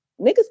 niggas